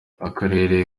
akarere